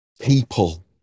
people